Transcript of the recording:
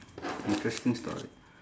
interesting story